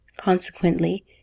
Consequently